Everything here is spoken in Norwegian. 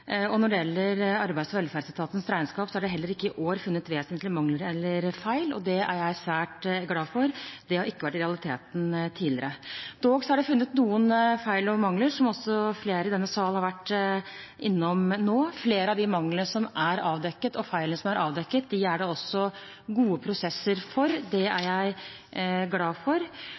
Når det gjelder Arbeids- og velferdsetatens regnskap, er det heller ikke i år funnet vesentlige mangler eller feil, og det er jeg svært glad for. Det har ikke vært realiteten tidligere. Dog er det funnet noen feil og mangler, som også flere i denne salen har vært innom nå. Flere av de manglene og feilene som er avdekket, er det også gode prosesser for. Det er jeg glad for.